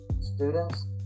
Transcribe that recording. students